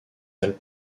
alpes